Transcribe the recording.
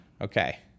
Okay